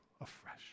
afresh